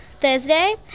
Thursday